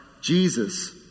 Jesus